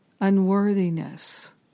unworthiness